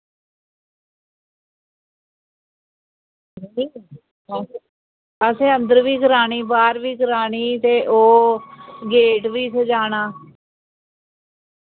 असें अंदर बी करानी बाह्र बी करानी ते ओह् गेट वी सजाना